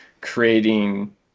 creating